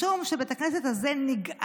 משום שבית הכנסת הזה נגאל